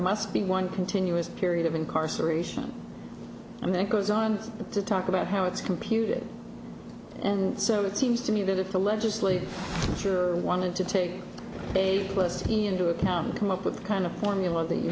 must be one continuous period of incarceration and then goes on to talk about how it's computed and so it seems to me that if the legislature sure wanted to take a less he into account come up with the kind of formula that you